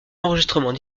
enregistrement